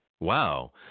Wow